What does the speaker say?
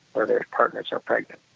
or their partners are pregnant.